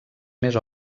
més